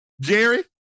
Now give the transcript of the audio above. Jerry